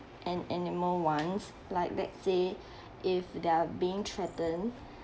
an animal wants like let's say if they are being threatened